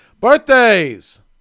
Birthdays